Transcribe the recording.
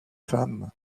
femme